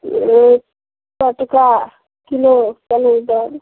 सए टका किलो चना दालि